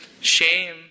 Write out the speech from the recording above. shame